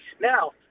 Now